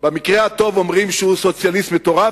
במקרה הטוב אומרים שהוא סוציאליסט מטורף.